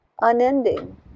unending